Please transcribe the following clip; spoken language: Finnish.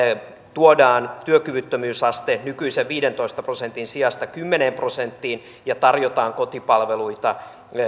tuodaan työkyvyttömyysaste nykyisen viidentoista prosentin sijasta kymmeneen prosenttiin ja tarjotaan kotipalveluita